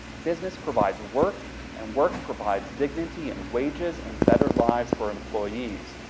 business provides work and work provides dignity and wages and better lives for employees.